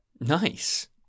Nice